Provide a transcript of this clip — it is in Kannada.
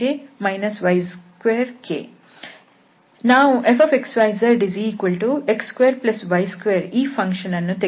ನಾವು fxyzx2y2 ಈ ಫಂಕ್ಷನ್ ಅನ್ನು ತೆಗೆದುಕೊಳ್ಳೋಣ